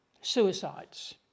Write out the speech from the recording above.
suicides